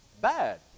bad